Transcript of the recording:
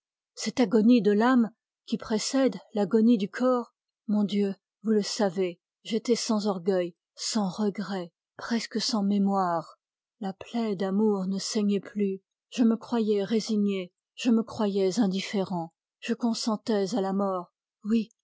cette agonie de l'âme qui précède l'agonie du corps mon dieu vous le savez j'étais sans orgueil sans regrets presque sans mémoire la plaie d'amour ne saignait plus je me croyais résigné je me croyais indifférent je consentais à la mort oui